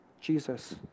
Jesus